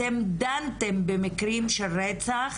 אתם דנתם במקרים של רצח